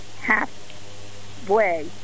halfway